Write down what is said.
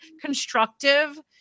constructive